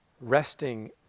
resting